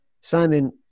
Simon